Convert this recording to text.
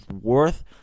worth